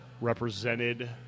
represented